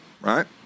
Right